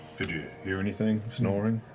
did you hear anything, snoring?